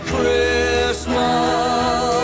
Christmas